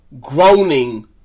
groaning